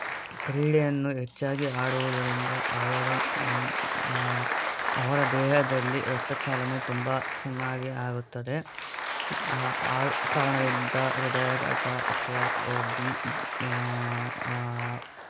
ಕ್ರೀಡೆಯನ್ನು ಹೆಚ್ಚಾಗಿ ಆಡುವುದರಿಂದ ಅವರ ಒನ್ ಅವರ ದೇಹದಲ್ಲಿ ರಕ್ತ ಚಾಲನೆ ತುಂಬ ಚೆನ್ನಾಗಿ ಆಗುತ್ತದೆ ಆ ಆ ಕಾರಣದಿಂದ ಹೃದಯಾಘಾತ ಅಥವಾ ಬಿ